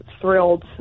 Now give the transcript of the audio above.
thrilled